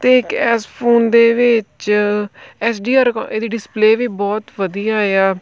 ਅਤੇ ਇੱਕ ਇਸ ਫੋਨ ਦੇ ਵਿੱਚ ਐਸ ਡੀ ਆਰ ਰਿਕੋ ਇਹਦੀ ਡਿਸਪਲੇ ਵੀ ਬਹੁਤ ਵਧੀਆ ਆ